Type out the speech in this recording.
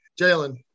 Jalen